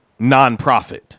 nonprofit